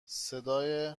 صدای